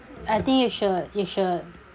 I think you should you should you